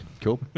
Cool